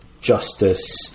justice